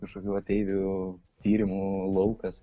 kažkokių ateivių tyrimų laukas